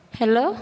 hello